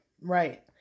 Right